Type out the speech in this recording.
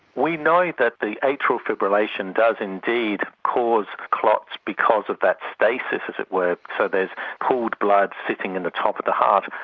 we know that the atrial fibrillation does indeed cause clots because of that stasis, as it were. so there is pooled blood sitting in the top of the heart.